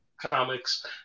comics